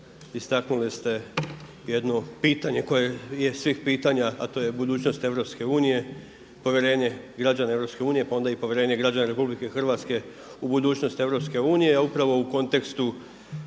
istaknuli ste jedno pitanje koje je svih pitanja a to je budućnost EU, povjerenje građana EU pa onda i povjerenje građana RH u budućnost EU a upravo u kontekstu